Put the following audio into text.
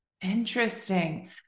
Interesting